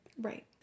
Right